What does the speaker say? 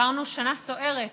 עברנו שנה סוערת